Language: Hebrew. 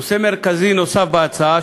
נושא מרכזי נוסף בהצעה,